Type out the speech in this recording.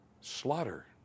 slaughter